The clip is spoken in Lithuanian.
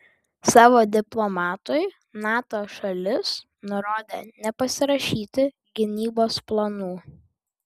savo diplomatui nato šalis nurodė nepasirašyti gynybos planų